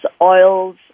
oils